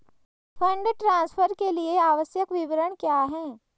Fund transfer के लिए आवश्यक विवरण क्या हैं?